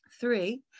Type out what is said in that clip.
Three